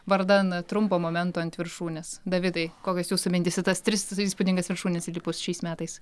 vardan trumpo momento ant viršūnės davidai kokios jūsų mintys į tas tris įspūdingas viršūnes įlipus šiais metais